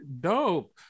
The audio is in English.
dope